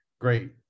great